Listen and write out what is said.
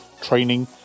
training